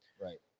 right